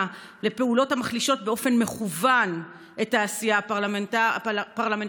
לפעולות המחלישות באופן מכוון את העשייה הפרלמנטרית.